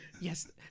Yes